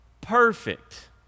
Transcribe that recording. perfect